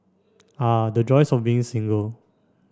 ah the joys of being single